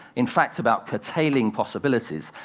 in fact, about curtailing possibilities.